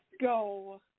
go